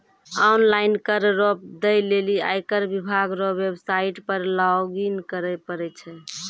online कर रो दै लेली आयकर विभाग रो वेवसाईट पर लॉगइन करै परै छै